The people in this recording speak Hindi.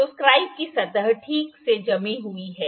तो स्क्राइब की सतह ठीक से जमी हुई है